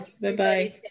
Bye-bye